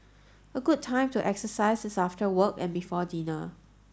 a good time to exercise is after work and before dinner